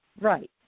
right